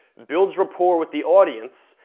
builds rapport with the audience,